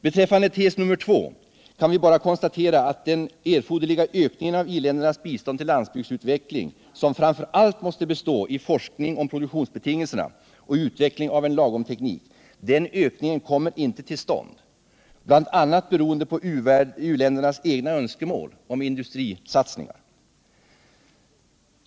Beträffande den andra tesen kan vi bara konstatera, att den erforderliga ökningen av i-ländernas bistånd till landsbygdsutveckling, som framför allt måste bestå i forskning om produktionsbetingelserna och utveckling Jordbrukspolitiav en ”lagomteknik”, inte kommer till stånd, beroende på bl.a. u-länken, m.m. dernas egna önskemål om industrisatsningar.